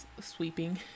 sweeping